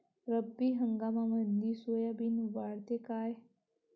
रब्बी हंगामामंदी सोयाबीन वाढते काय?